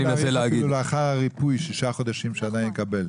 לי שלאחר הריפוי, שישה חודשים הוא עדיין יקבל.